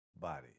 body